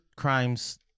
Crimes